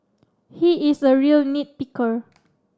he is a real nit picker